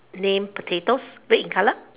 name potatoes red in color